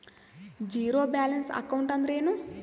Zero balance account ಅಂದ್ರ ಏನು?